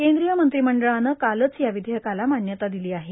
केंद्रीय मंत्रिमंडळानं कालच या विधेयकाला मान्यता दिली आहे